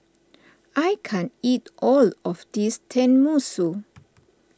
I can't eat all of this Tenmusu